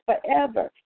forever